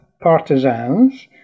partisans